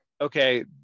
okay